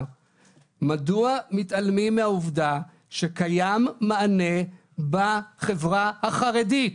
מדוע מתעלמים מהעובדה שקיים מענה בחברה החרדית?